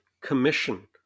Commission